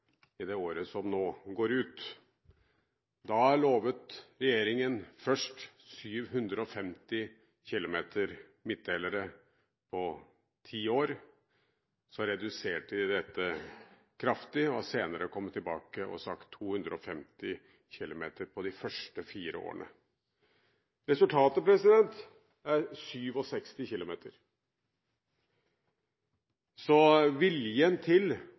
i det året som nå går ut. Da lovet regjeringen først 750 km midtdelere på ti år, så reduserte de dette kraftig og har senere kommet tilbake og sagt 250 km på de første fire årene. Resultatet er 67 km. Viljen til